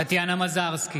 טטיאנה מזרסקי,